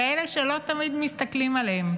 כאלה שלא תמיד מסתכלים עליהן.